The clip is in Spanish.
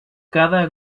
cada